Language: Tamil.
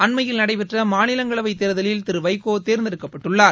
அண்மையில் நடைபெற்ற மாநிலங்களவை தேர்தலில் திரு வைகோ தேர்ந்தெடுக்கப்பட்டுள்ளார்